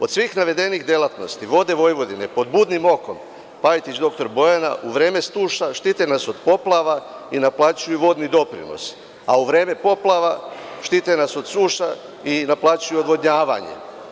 Od svih navedenih delatnosti „Vode Vojvodine“ pod budnim okom Pajtić dr Bojana u vreme suša štiti nas od poplava i naplaćuje vodni doprinos, a u vreme poplava štiti nas od suša i naplaćuje odvodnjavanje.